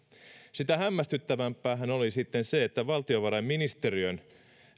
sitä hämmästyttävämpäähän oli sitten se että valtiovarainministeriön